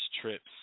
trips